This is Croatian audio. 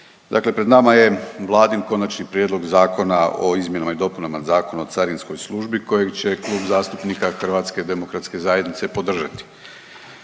Dakle, pred nama je vladin Konačni prijedlog Zakona o izmjenama i dopunama Zakona o carinskoj službi kojeg će Klub zastupnika HDZ-a podržati.